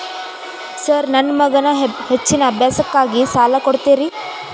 Sir ನನ್ನ ಮಗನ ಹೆಚ್ಚಿನ ವಿದ್ಯಾಭ್ಯಾಸಕ್ಕಾಗಿ ಸಾಲ ಕೊಡ್ತಿರಿ?